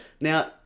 Now